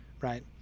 Right